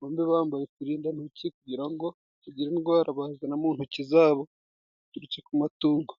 bombi bambaye uturindantoki kugira ngo batagira indwara bazana mu ntoki zabo, ziturutse ku matungo.